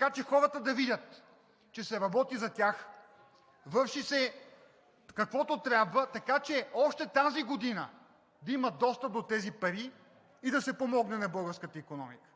така че хората да видят, че се работи за тях, върши се каквото трябва, така че още тази година да има достъп до тези пари и да се помогне на българската икономика.